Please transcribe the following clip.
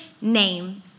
name